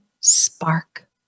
spark